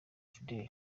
fidel